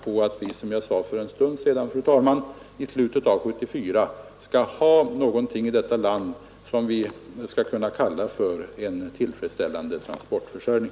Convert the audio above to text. så att vi, som jag sade för en stund sedan, fru talman, i slutet av 1974 i detta land skall ha något som vi skall kunna kalla en tillfredsställande transportförsörjning.